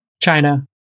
China